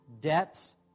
depths